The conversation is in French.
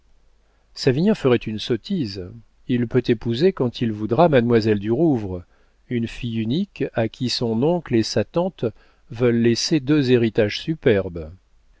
fortune savinien ferait une sottise il peut épouser quand il voudra mademoiselle du rouvre une fille unique à qui son oncle et sa tante veulent laisser deux héritages superbes